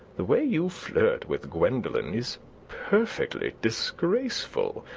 the way you flirt with gwendolen is perfectly disgraceful.